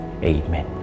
Amen